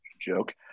joke